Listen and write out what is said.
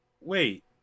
wait